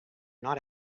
not